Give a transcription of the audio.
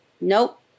Nope